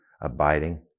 Abiding